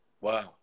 Wow